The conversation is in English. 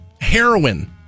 heroin